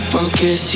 Focus